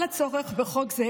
על הצורך בחוק זה